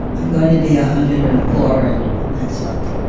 i'm going to be a hundred and four and next month.